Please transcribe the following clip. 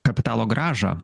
kapitalo grąžą